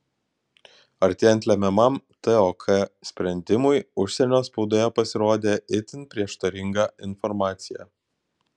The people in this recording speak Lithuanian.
artėjant lemiamam tok sprendimui užsienio spaudoje pasirodė itin prieštaringa informacija